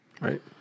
Right